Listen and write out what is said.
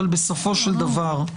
אבל בסופו של דבר,